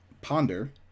ponder